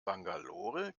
bangalore